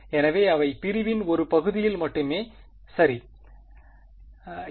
எனவே அவை பிரிவின் ஒரு பகுதியில் மட்டுமே சரி இல்லை